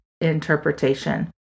interpretation